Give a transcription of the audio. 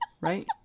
right